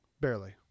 Barely